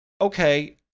Okay